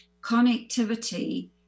connectivity